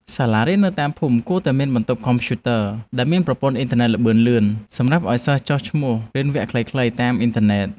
សាលារៀននៅតាមភូមិគួរតែមានបន្ទប់កុំព្យូទ័រដែលមានប្រព័ន្ធអ៊ីនធឺណិតល្បឿនលឿនសម្រាប់ឱ្យសិស្សចុះឈ្មោះរៀនវគ្គខ្លីៗតាមអ៊ីនធឺណិត។